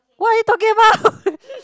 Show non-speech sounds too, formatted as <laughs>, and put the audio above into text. what are you talking about <laughs>